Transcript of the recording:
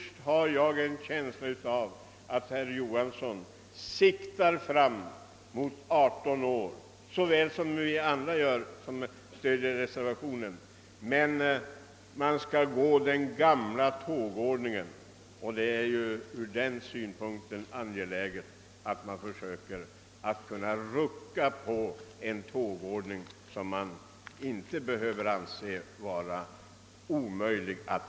Jag har också en känsla av att herr Johansson liksom vi som stöder reservationen ytterst också siktar fram mot en rösträttsålder av 18 år men att han vill följa den uppgjorda tågordningen. Mot bakgrunden av vad vi anfört är det emellertid angeläget att man försöker rucka på denna. Det borde inte vara omöjligt.